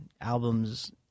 albums